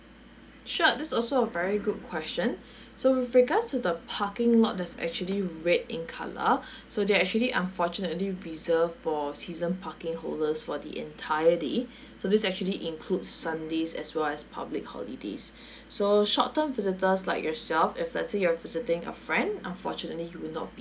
sure this is also a very good question so with regards to the parking lot that's actually red in colour so they're actually unfortunately reserved for season parking holders for the entirely so this actually includes sundays as well as public holidays so short term visitors like yourself if let's say you're visiting a friend unfortunately you'll not be